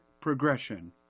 progression